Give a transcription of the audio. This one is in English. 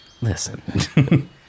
Listen